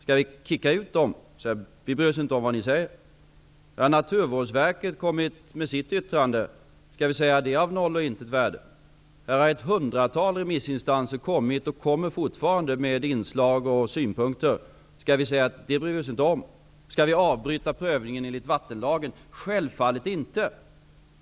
Skall vi tala om för dem att vi inte bryr oss om vad de säger? Naturvårdsverket har kommit med sitt yttrande. Skall vi säga att det är av noll och intet värde? Ett hundratal remissinstanser har kommit och kommer fortfarande med inslag och synpunkter. Skall vi säga att vi inte bryr oss om det? Skall vi avbryta prövningen enligt vattenlagen? Självfallet inte!